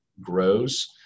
grows